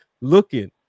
looking